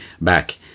back